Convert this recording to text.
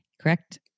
correct